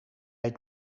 het